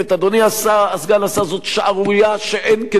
אדוני סגן השר, זו שערורייה שאין כדוגמתה,